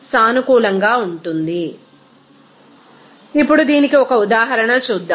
refer slide time 1844 ఇప్పుడు దీనికి ఒక ఉదాహరణ చూద్దాం